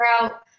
out